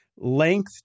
Length